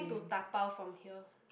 to dabao from here